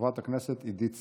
חברת הכנסת עידית סילמן,